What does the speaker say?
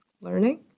learning